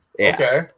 Okay